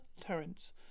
Terence